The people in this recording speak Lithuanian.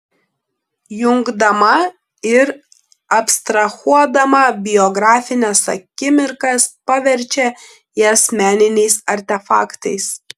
jungdama ir abstrahuodama biografines akimirkas paverčia jas meniniais artefaktais